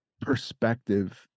perspective